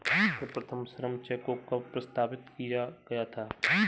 सर्वप्रथम श्रम चेक को कब प्रस्तावित किया गया था?